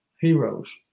heroes